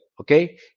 Okay